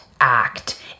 act